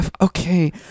okay